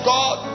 God